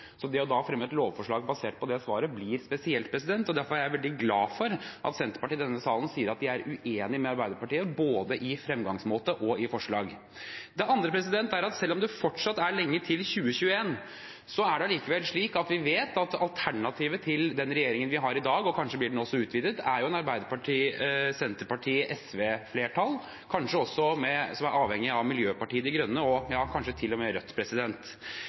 så et langt svar på alle de kompliserte spørsmålene som må utredes før man gjør noe sånt. Det å fremme et lovforslag basert på det svaret, blir spesielt, derfor er jeg veldig glad for at Senterpartiet i denne salen sier at de er uenige med Arbeiderpartiet i både framgangsmåte og forslag. Det andre er at selv om det fortsatt er lenge til 2021, vet vi at alternativet til den regjeringen vi har i dag – kanskje blir den også utvidet – er et Arbeiderparti–Senterparti–SV-flertall, som kanskje er avhengig av Miljøpartiet De Grønne og kanskje til og med Rødt.